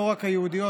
לא רק היהודיות,